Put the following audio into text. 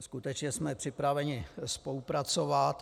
Skutečně jsme připraveni spolupracovat.